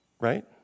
right